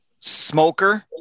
smoker